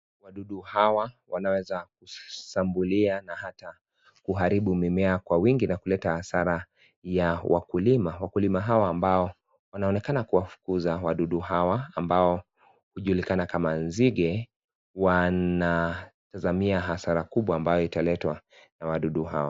Wadudu hawa wanaweza kushambulia na hata kuharibu mimea kwa wingi na kuleta hasara ya wakulima. Wakulima hawa ambao wanaonekana kuwafukuza wadudu hawa ambao hujulikana kama nzige wanazamia hasara kubwa ambayo italetwa na wadudu hawa.